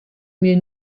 mir